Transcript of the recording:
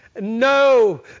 No